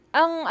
ang